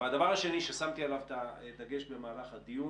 והדבר השני ששמתי עליו את הדגש במהלך הדיון